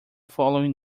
following